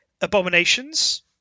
Abominations